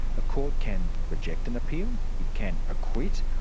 a court can reject an appeal, it can acquit,